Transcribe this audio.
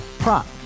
Prop